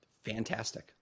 Fantastic